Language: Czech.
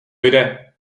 jde